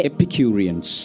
Epicureans